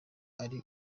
ari